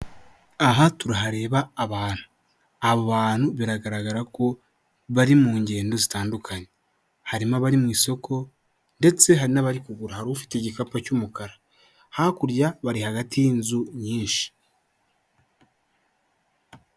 Aha turahareba abantu. Abo abantu biragaragara ko bari mu ngendo zitandukanye. Harimo abari mu isoko, ndetse hari n'abari kugura. Hari ufite igikapu cy'umukara. Hakurya bari hagati y'inzu nyinshi.